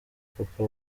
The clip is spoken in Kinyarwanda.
papa